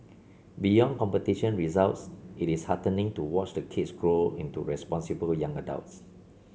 beyond competition results it is heartening to watch the kids grow into responsible young adults